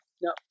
No